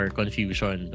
confusion